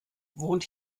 wohnt